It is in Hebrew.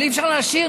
אבל אי-אפשר להשאיר,